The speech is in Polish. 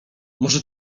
może